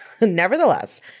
nevertheless